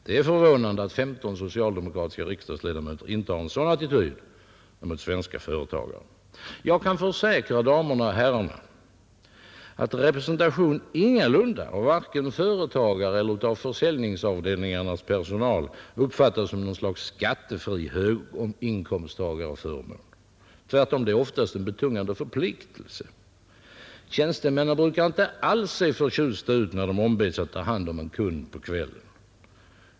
Det är förvånande att 15 socialdemokratiska riksdagsledamöter intar en sådan attityd mot svenska företagare. Jag kan försäkra damerna och herrarna att representation ingalunda av vare sig företagare eller försäljningsavdelningarnas personal uppfattas som något slags skattefri höginkomsttagarförmån. Tvärtom, den är oftast en betungande förpliktelse. Tjänstemännen brukar inte alls se så förtjusta ut när de ombeds att ta hand om en kund på kvällen.